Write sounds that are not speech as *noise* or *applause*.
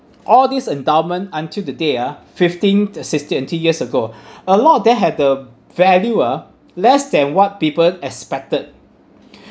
all this endowment until today ah fifteen existed until years ago *breath* a lot them have the value ah less than what people expected *breath*